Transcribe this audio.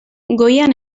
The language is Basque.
goian